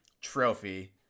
trophy